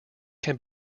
can